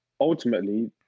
Ultimately